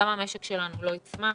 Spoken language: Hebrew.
גם המשק שלנו לא יצמח.